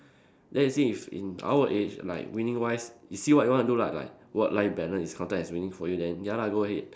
then you see if in our age like winning wise you see what you wanna do lah like work life balance is counted as winning for you then ya lah go ahead